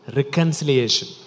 reconciliation